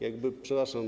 Jakby, przepraszam.